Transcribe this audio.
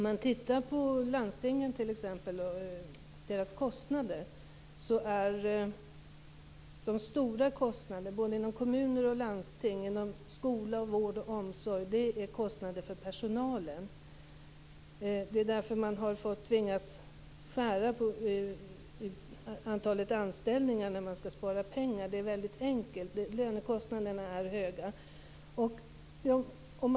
Fru talman! Vi kan titta på det här med kostnaderna inom t.ex. landstingen. De stora kostnaderna både inom kommuner och landsting - inom skola, vård och omsorg - är kostnader för personalen. Det är därför man har tvingats skära ned på antalet anställda när man skall spara pengar. Det är väldigt enkelt. Lönekostnaderna är höga.